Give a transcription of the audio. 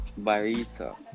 Barita